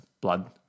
blood